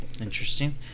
Interesting